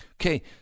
Okay